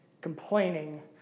complaining